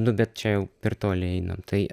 nu bet čia jau per toli einam tai